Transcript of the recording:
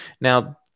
Now